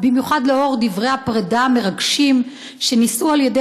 במיוחד לאור דברי הפרידה המרגשים שנישאו על-ידי